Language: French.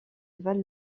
val